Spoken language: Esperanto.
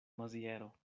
maziero